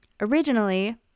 Originally